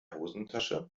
hosentasche